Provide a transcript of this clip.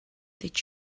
did